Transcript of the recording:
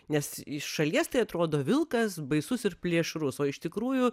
nes iš šalies tai atrodo vilkas baisus ir plėšrus o iš tikrųjų